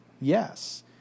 yes